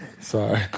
Sorry